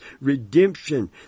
redemption